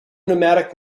nomadic